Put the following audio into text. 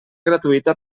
gratuïta